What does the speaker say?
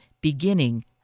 beginning